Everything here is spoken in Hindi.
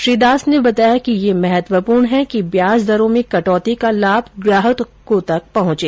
श्री दास ने बताया कि यह महत्त्वपूर्ण है कि ब्याज दरों में कटौती का लाभ ग्राहकों तक पहँचे